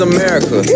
America